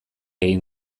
egin